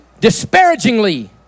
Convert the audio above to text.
disparagingly